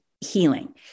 healing